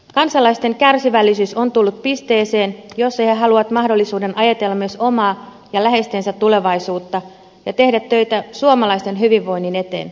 kansalaisten kärsivällisyys on tullut pisteeseen jossa he haluavat mahdollisuuden ajatella myös omaa ja läheistensä tulevaisuutta ja tehdä töitä suomalaisten hyvinvoinnin eteen